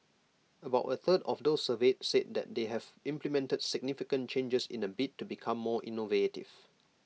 about A third of those surveyed said that they have implemented significant changes in A bid to become more innovative